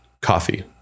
Coffee